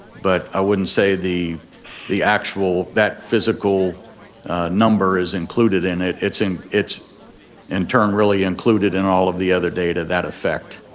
but i wouldn't say the the actual, that physical number is included in it, it's in it's in turn really included in all of the other data to that effect.